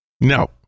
No